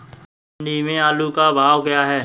मंडी में आलू का भाव क्या है?